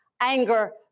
anger